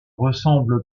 ressemble